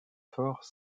fort